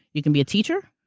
you could be a teacher,